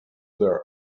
their